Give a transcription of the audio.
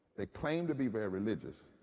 they claim to be but religious.